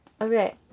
Okay